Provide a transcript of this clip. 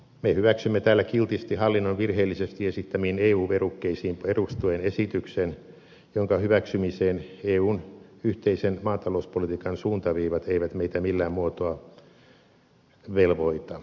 me hyväksymme täällä kiltisti hallinnon virheellisesti esittämiin eu verukkeisiin perustuen esityksen jonka hyväksymiseen eun yhteisen maatalouspolitiikan suuntaviivat eivät meitä millään muotoa velvoita